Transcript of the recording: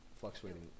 fluctuating